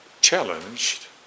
challenged